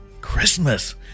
Christmas